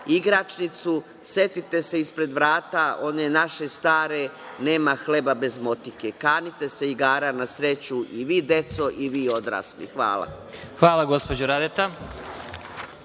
igračnicu setite se ispred vrata one naše stare – nema hleba bez motike. Kanite se igara na sreću i vi deco i vi odrasli. Hvala. **Vladimir